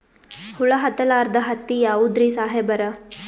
ಹುಳ ಹತ್ತಲಾರ್ದ ಹತ್ತಿ ಯಾವುದ್ರಿ ಸಾಹೇಬರ?